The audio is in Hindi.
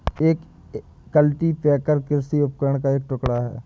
एक कल्टीपैकर कृषि उपकरण का एक टुकड़ा है